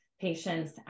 patients